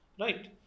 Right